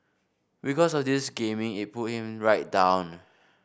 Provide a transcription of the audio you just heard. because of this gaming it pulled him right down